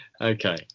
okay